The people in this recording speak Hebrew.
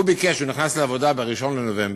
הוא נכנס לעבודה ב-1 בנובמבר,